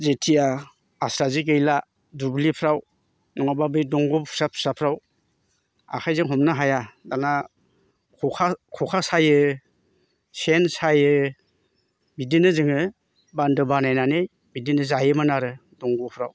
जेथिया आस्रा जे गैला दुब्लिफ्राव नङाबा बे दंग फिसा फिसाफ्राव आखायजों हमनो हाया दाना खखा खखा सायो सेन सायो बिदिनो जोङो बान्दो बानायनानै बिदिनो जायोमोन आरो दंगफ्राव